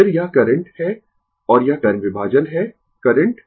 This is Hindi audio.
फिर यह करंट है और यह करंट विभाजन है करंट